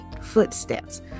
Footsteps